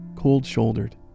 cold-shouldered